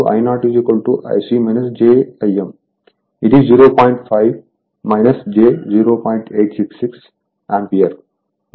866 ampere